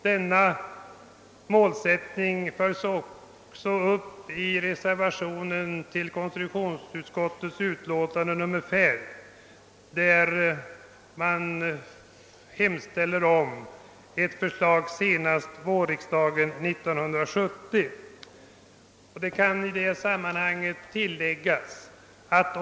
Detta är målsättningen också för reservationen till konstitutionsutskottets utlåtande nr 5. Vi hemställer där att riksdagen skall anhålla om ett förslag senast till vårsessionen 1970.